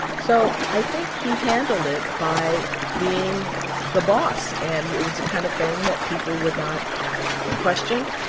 so i think he handled it by being the boss, and it was the kind of thing that people would not question.